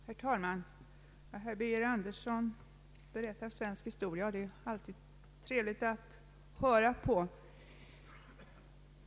Herr talman! Herr Birger Andersson berättar svensk historia, och det är alltid trevligt att höra på.